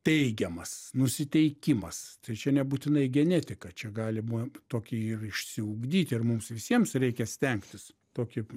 teigiamas nusiteikimas tai čia nebūtinai genetika čia galima tokį ir išsiugdyti ir mums visiems reikia stengtis tokį